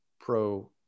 pro